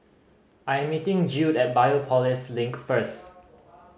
I am meeting Judd at Biopolis Link first